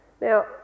Now